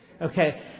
Okay